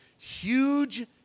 huge